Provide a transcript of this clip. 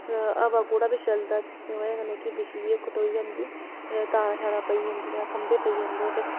हवा कूड़ा बी चलदा जिसदी बजह् कन्नै बिजली खराब होई जंदी ते ओह्दी बजह् कन्नै कि एह् बिजली कटोई जंदी तारां पेई जंदियां ते खंभे ढेई जंदे ते